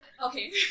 Okay